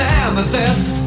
amethyst